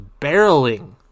barreling